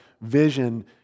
vision